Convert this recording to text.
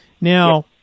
Now